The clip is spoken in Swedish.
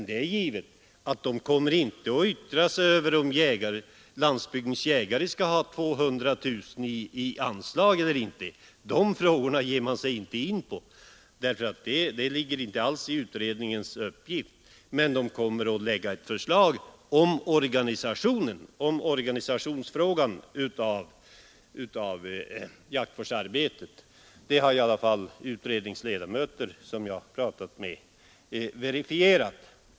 Det är givet att utredningen inte kommer att yttra sig över om Jägarnas riksförbund-Landsbygdens jägare skall ha 200 000 kronor i anslag eller inte — sådana frågor ger man sig inte in på, eftersom de inte ingår i utredningens uppgift — men man kommer att framlägga ett förslag om organisationen av jaktvårdsarbetet; det har i alla fall de utredningsledamöter som jag har talat med verifierat.